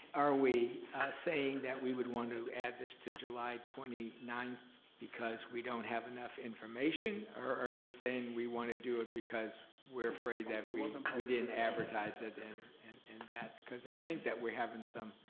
are we saying that we would want to add this to july twenty nine because we don't have enough information, or are we saying we wanna do it because we're afraid that it wasn't published. but we didn't advertise it and and and that's, cause i think that we're having some,